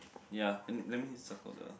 ya let let me circle the